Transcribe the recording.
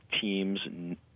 teams